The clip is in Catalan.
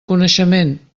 coneixement